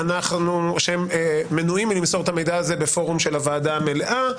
שהם מנועים מלמסור את המידע הזה בפורום של הוועדה המלאה,